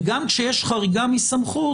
וגם כשיש חריגה מסמכות,